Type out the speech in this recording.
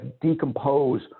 decompose